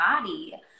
body